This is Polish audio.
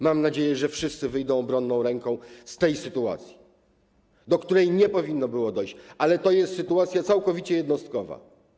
Mam nadzieję, że wszyscy wyjdą obronna ręką z tej sytuacji, do której nie powinno było dojść, ale to jest sytuacja całkowicie jednostkowa.